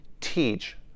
teach